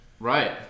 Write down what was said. right